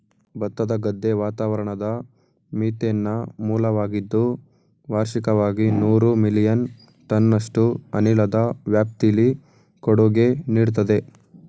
ಭತ್ತದ ಗದ್ದೆ ವಾತಾವರಣದ ಮೀಥೇನ್ನ ಮೂಲವಾಗಿದ್ದು ವಾರ್ಷಿಕವಾಗಿ ನೂರು ಮಿಲಿಯನ್ ಟನ್ನಷ್ಟು ಅನಿಲದ ವ್ಯಾಪ್ತಿಲಿ ಕೊಡುಗೆ ನೀಡ್ತದೆ